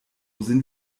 sind